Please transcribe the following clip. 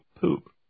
poop